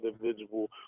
individual